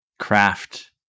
craft